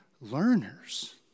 learners